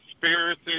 conspiracy